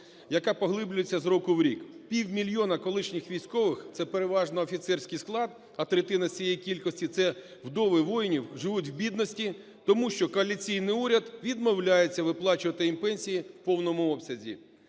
яка поглиблюється з року в рік. Півмільйона колишніх військових - це переважно офіцерський склад, а третина з цієї кількості – це вдови воїнів, живуть в бідності, тому що коаліційний уряд відмовляється виплачувати їм пенсії в повному обсязі.